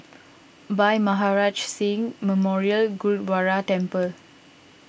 Bhai Maharaj Singh Memorial Gurdwara Temple